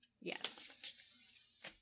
Yes